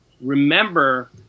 remember